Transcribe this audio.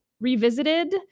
revisited